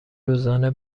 روزانه